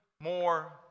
more